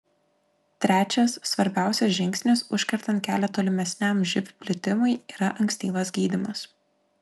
trečias svarbiausias žingsnis užkertant kelią tolimesniam živ plitimui yra ankstyvas gydymas